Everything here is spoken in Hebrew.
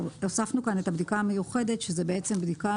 הוספנו כאן את הבדיקה המיוחדת שזאת בעצם בדיקה